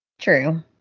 True